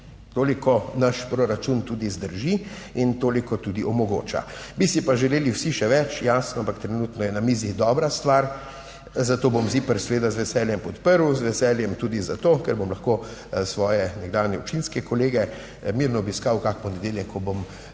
Toliko naš proračun tudi zdrži in toliko tudi omogoča. Bi si pa želeli vsi še več, jasno, ampak trenutno je na mizi dobra stvar, zato bom ZIPRS seveda z veseljem podprl, z veseljem tudi zato, ker bom lahko svoje nekdanje občinske kolege mirno obiskal kak ponedeljek, ko bom na